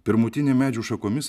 pirmutinė medžių šakomis